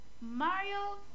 Mario